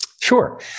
Sure